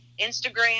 Instagram